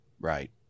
Right